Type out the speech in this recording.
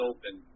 Open